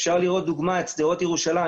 אפשר לראות דוגמה את שדרות ירושלים,